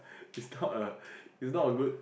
is not a is not a good